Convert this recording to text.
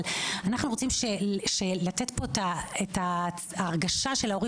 אבל אנחנו רוצים להעביר פה את ההרגשה של ההורים